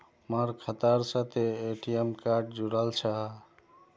मोर खातार साथे ए.टी.एम कार्ड जुड़ाल छह